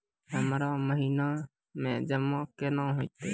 हमरा महिना मे जमा केना हेतै?